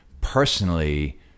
personally